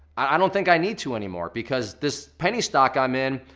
i don't think i need to anymore because this penny stock i'm in,